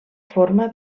forma